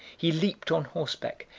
he leaped on horseback,